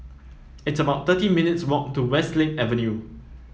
it's about thirty minutes walk to Westlake Avenue